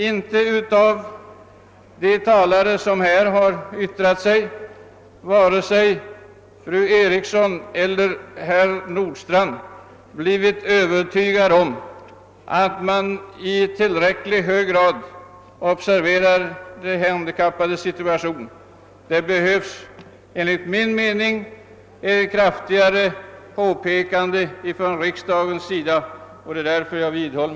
Ingen av de två talare som här yttrat sig — fru Eriksson i Stockholm och herr Nordstrandh — har övertygat mig om att man i tillräcklig grad observerar de handikappades situation. Det behövs enligt min mening ett kraftigare påpekande från riksdagens sida, och det är därför jag vid håller.